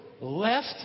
left